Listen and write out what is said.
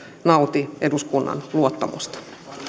nauti eduskunnan luottamusta